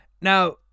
now